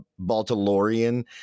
Baltalorian